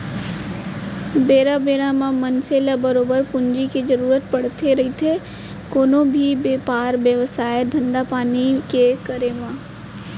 बेरा बेरा म मनसे ल बरोबर पूंजी के जरुरत पड़थे रहिथे कोनो भी बेपार बेवसाय, धंधापानी के करे म